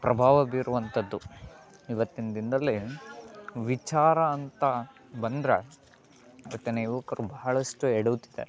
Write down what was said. ಪ್ರಭಾವ ಬೀರುವಂಥದ್ದು ಇವತ್ತಿನ ದಿನದಲ್ಲಿ ವಿಚಾರ ಅಂತ ಬಂದರೆ ಇವತ್ತಿನ ಯುವಕರು ಬಹಳಷ್ಟು ಎಡವುತ್ತಿದ್ದಾರೆ